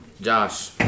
Josh